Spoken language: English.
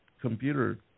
computer